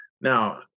Now